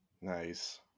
Nice